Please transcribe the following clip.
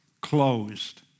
closed